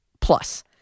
plus